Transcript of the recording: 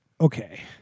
okay